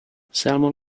salmon